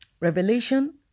Revelation